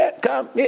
Come